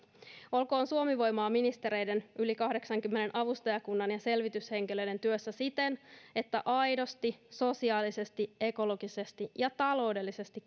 olkoon suomi voimaa ministereiden yli kahdeksankymmenen avustajakunnan ja selvityshenkilöiden työssä siten että aidosti sosiaalisesti ekologisesti ja taloudellisesti